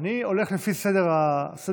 אני הולך לפי סדר הדוברים,